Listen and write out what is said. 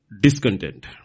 discontent